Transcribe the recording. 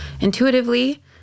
intuitively